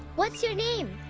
what's your name?